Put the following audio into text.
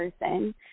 person